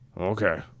okay